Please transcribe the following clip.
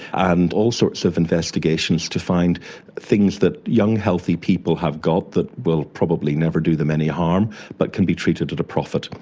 and all sorts of investigations to find things that young healthy people have got that will probably never do them any harm but can be treated at a profit.